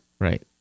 right